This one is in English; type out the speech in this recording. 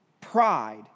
Pride